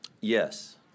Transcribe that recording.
Yes